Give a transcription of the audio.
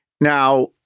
Now